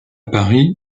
paris